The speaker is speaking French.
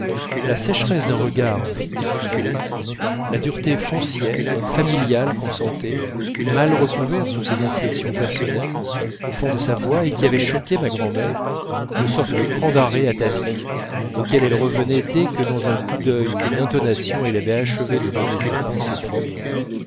la sécheresse d'un regard vite épuisé la dureté foncière familiale qu'on sentait mal recouverte sous ses inflexions personnelles au fond de sa voix et qui avait choqué ma grand'mère une sorte de cran d'arrêt atavique auquel elle revenait dès que dans un coup d'œil ou une intonation elle avait achevé de donner sa pensée propre